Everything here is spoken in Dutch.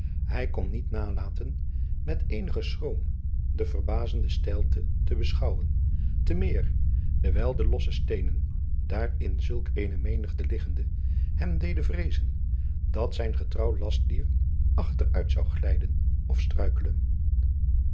hij kon niet nalaten met eenigen schroom de verbazende steilte te beschouwen te meer dewijl de losse steenen daar in zulk eene menigte liggende hem deden vreezen dat zijn getrouw lastdier achter adriaan loosjes pzn het leven van maurits lijnslager uit zou glijden of struikelen